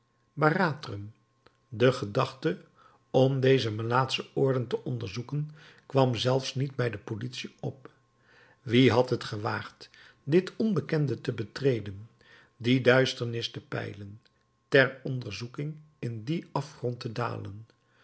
barathrum de gedachte om deze melaatsche oorden te onderzoeken kwam zelfs niet bij de politie op wie had het gewaagd dit onbekende te betreden die duisternis te peilen ter onderzoeking in dien afgrond te dalen